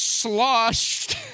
Sloshed